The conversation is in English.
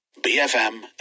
BFM